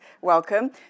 welcome